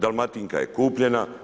Dalmatinka je kupljena.